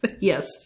Yes